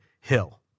hill